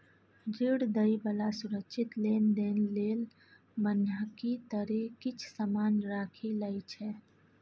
ऋण दइ बला सुरक्षित लेनदेन लेल बन्हकी तरे किछ समान राखि लइ छै